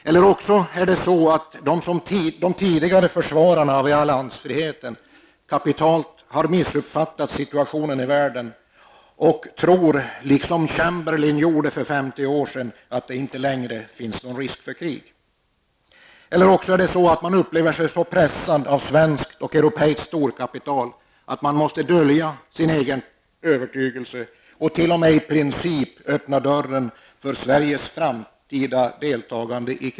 Eller så har de tidigare försvararna av alliansfriheten kapitalt missuppfattat situationen i världen och tror, liksom Chamberlain gjorde för 50 år sedan, att det inte längre finns någon risk för krig. Eller så upplever man sig så pressad av svenskt och europeiskt storkapital att man måste dölja sin egen övertygelse och t.o.m. i princip öppna dörren för Herr talman!